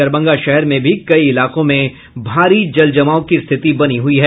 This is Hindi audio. दरभंगा शहर में भी कई इलाकों में भारी जलजमाव की स्थिति बनी हुई है